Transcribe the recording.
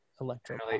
electric